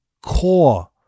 core